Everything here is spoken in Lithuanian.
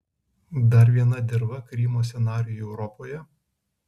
dar viena dirva krymo scenarijui europoje